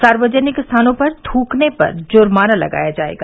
सार्वजनिक स्थानों पर थूकने पर जुर्माना लगाया जाएगा